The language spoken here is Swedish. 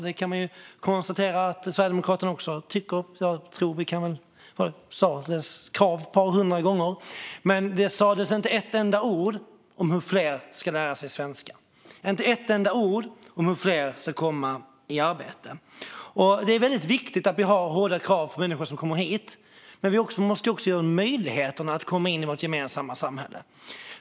Vi kan konstatera att Sverigedemokraterna tycker det - jag tror att ordet "krav" sades ett par hundra gånger, men det sades inte ett enda ord om hur fler ska lära sig svenska och inte ett enda ord om hur fler ska komma i arbete. Det är väldigt viktigt att vi har hårda krav på människor som kommer hit, men vi måste ju också ge dem möjligheten att komma in i vårt gemensamma samhälle.